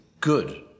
good